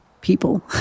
people